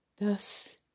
Thus